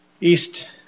East